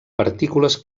partícules